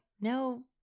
no